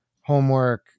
homework